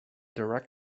direct